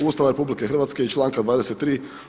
Ustava RH i članka 23.